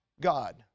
God